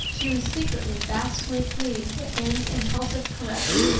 she was secretly vastly pleased at anne's impulsive caress,